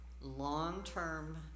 long-term